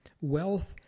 wealth